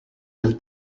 del